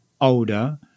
older